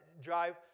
drive